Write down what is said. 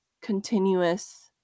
continuous